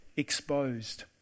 exposed